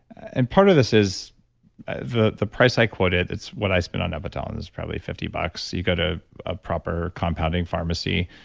and part of this is the the price i quoted, it's what i spent on epitalon. it's probably fifty bucks. you go to a proper compounding pharmacy,